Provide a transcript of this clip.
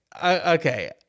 Okay